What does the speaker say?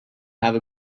have